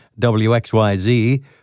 WXYZ